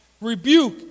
rebuke